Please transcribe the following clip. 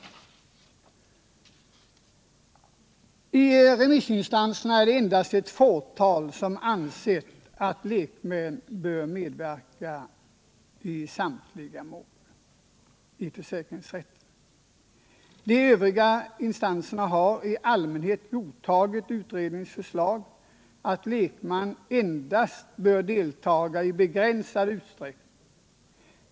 Av remissinstanserna är det endast ett fåtal som anser att lekmän bör medverka i samtliga mål i försäkringsrätt. De övriga instanserna har i allmänhet godtagit utredningens förslag att lekman endast bör delta i begränsad utsträckning.